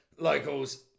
Locals